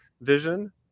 vision